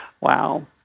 Wow